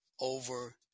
over